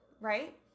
right